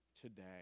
today